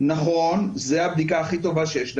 נכון זה הבדיקה הכי טובה שיש לנו,